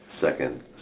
second